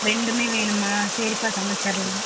ரெண்டுமே வேணுமா சரிப்பா சமைச்சர்லாம்